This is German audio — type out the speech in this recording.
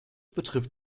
betrifft